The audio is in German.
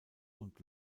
und